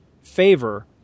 favor